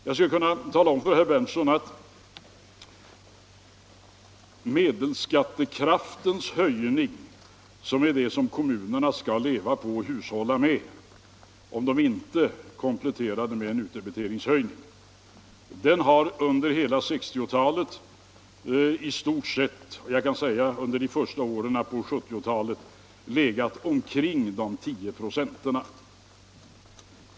Jag kan tala om för herr Berndtson att höjningen av medelskattekraften —- som är det kommunerna skall leva på och hushålla med, om det inte kombineras med en utdebiteringshöjning — under hela 1960-talet och jag kan säga också under de första åren på 1970-talet har legat omkring 10 96.